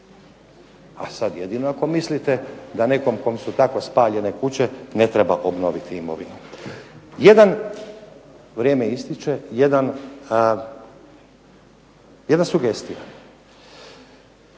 kuće. Jedino ako mislite da nekome kome su tako spaljene kuće ne treba obnoviti imovinu. Jedan, vrijeme ističe, jedna sugestija.